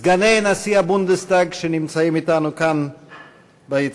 סגני נשיא הבונדסטאג שנמצאים אתנו כאן ביציע,